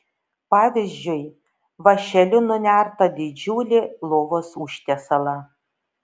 pavyzdžiui vąšeliu nunertą didžiulį lovos užtiesalą